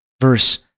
verse